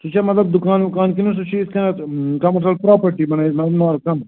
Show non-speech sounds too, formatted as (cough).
سُہ چھا مَطلَب دُکان وُکان کِنہٕ سُہ چھُ یِتھٕ کٔنٮ۪تھ کَمرشَل پرٛاپرٹی بَنٲوِتھ (unintelligible)